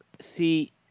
see